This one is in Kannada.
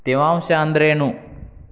ತೇವಾಂಶ ಅಂದ್ರೇನು?